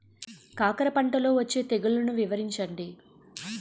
కాకర పంటలో వచ్చే తెగుళ్లను వివరించండి?